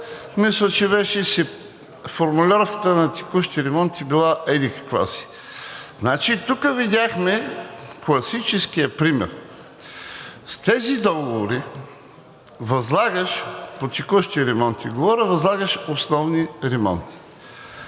мисля, че беше, формулировката на „текущи ремонти“ била еди-каква си. Тук видяхме класическия пример. С тези договори възлагаш по текущи ремонти, основни ремонти. Възлагаш основни ремонти,